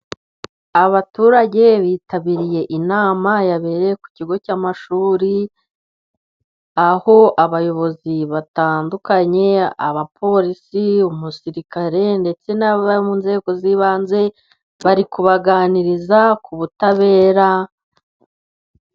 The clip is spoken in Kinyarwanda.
Abaturage bitabiriye inama yabereye ku kigo cy'amashuri ,aho abayobozi batandukanye, abapolisi umusirikare ndetse n'abo mu nzego z'ibanze bari kubaganiriza ku butabera.